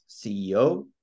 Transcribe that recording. CEO